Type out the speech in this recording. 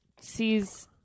sees